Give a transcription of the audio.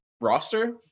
roster